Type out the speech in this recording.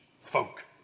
folk